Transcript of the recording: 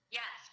yes